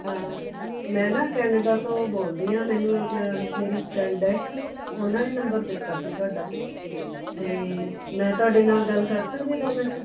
ਮੈਂ ਨਾ ਕੈਨੇਡਾ ਤੋਂ ਬੋਲਦੀ ਹਾਂ ਮੈਨੂੰ ਮੇਰੀ ਫਰੈਂਡ ਹੈ ਇੱਕ ਉਹਨਾਂ ਨੇ ਨੰਬਰ ਦਿੱਤਾ ਸੀ ਤੁਹਾਡਾ ਅਤੇ ਮੈਂ ਤੁਹਾਡੇ ਨਾਲ ਗੱਲ ਕਰ ਸਕਦੀ ਹਾਂ ਦੋ ਮਿੰਟ